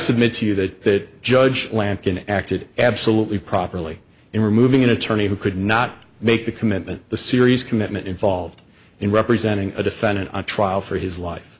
submit to you that judge lampkin acted absolutely properly in removing an attorney who could not make the commitment the serious commitment involved in representing a defendant on trial for his life